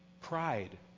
pride